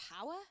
power